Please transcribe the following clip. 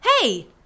Hey